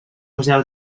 museu